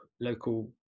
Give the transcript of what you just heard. local